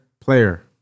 Player